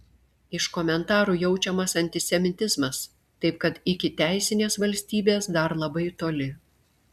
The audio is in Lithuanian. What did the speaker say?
iš komentarų jaučiamas antisemitizmas taip kad iki teisinės valstybės dar labai toli